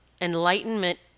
Enlightenment